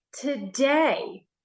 today